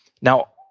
Now